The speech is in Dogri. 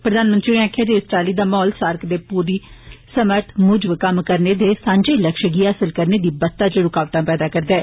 प्रधानमंत्री होरे आक्खेआ जे इस चाल्ली दा वातावरण सार्क दे पूरी समर्थ मुजब कम्म करने दे सांझे लक्ष्य गी हासल करने दी बत्ता च रूकावटां पांदा ऐ